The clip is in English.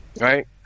Right